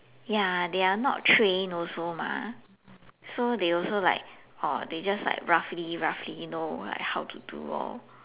ya they are not trained also mah so they also like oh they just like roughly roughly know like how to do lor